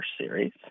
series